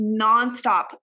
nonstop